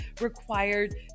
required